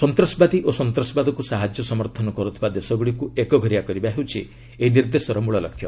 ସନ୍ତାସବାଦୀ ଓ ସନ୍ତାସବାଦକୁ ସାହାଯ୍ୟ ସମର୍ଥନ କରୁଥିବା ଦେଶଗୁଡ଼ିକୁ ଏକଘରିଆ କରିବା ହେଉଛି ଏହି ନିର୍ଦ୍ଦେଶର ମୂଳଲକ୍ଷ୍ୟ